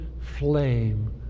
flame